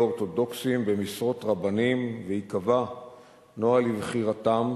אורתודוקסים במשרות רבנים וייקבע נוהל לבחירתם,